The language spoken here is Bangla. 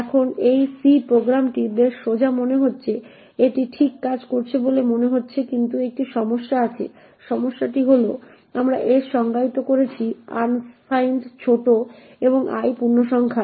এখন এই সি প্রোগ্রামটি বেশ সোজা মনে হচ্ছে এটি ঠিক কাজ করছে বলে মনে হচ্ছে কিন্তু একটি সমস্যা আছে সমস্যাটি হল আমরা s সংজ্ঞায়িত করেছি আনসাইন্ড ছোট এবং i পূর্ণসংখ্যা